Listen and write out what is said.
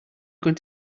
going